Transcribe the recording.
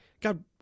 god